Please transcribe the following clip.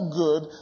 good